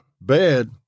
bad